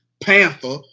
panther